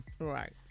Right